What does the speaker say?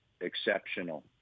exceptional